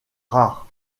rares